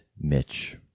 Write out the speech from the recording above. Mitch